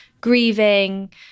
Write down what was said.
grieving